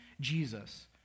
Jesus